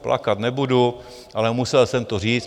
Plakat nebudu, ale musel jsem to říct.